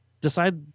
decide